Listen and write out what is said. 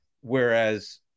Whereas